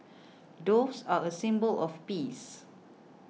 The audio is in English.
doves are a symbol of peace